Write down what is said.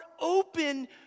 open